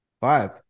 Five